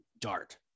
Dart